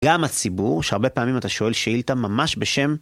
גם הציבור, שהרבה פעמים אתה שואל, שאילתה ממש בשם